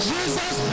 Jesus